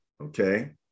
Okay